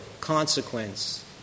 consequence